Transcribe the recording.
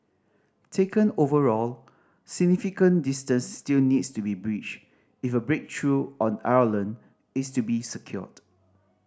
taken overall significant distance still needs to be bridged if a breakthrough on Ireland is to be secured